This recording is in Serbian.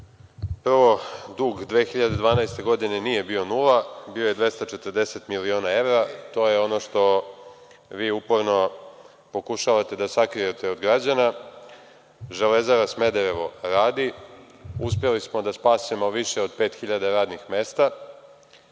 dug 2012. godine nije bio nula bio 240 miliona evra, to je ono što vi uporno pokušavate da sakrijete od građana. Železara Smederevo radi. Uspeli smo da spasemo više od 5.000 radnih mesta,